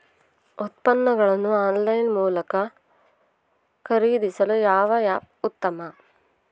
ಉತ್ಪನ್ನಗಳನ್ನು ಆನ್ಲೈನ್ ಮೂಲಕ ಖರೇದಿಸಲು ಯಾವ ಆ್ಯಪ್ ಉತ್ತಮ?